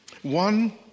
One